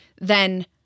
then-